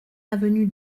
avenue